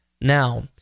now